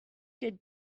good